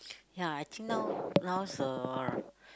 ya I think now now is uh